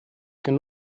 can